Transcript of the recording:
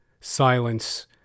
silence